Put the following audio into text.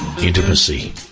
intimacy